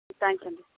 thanks అండి